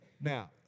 Now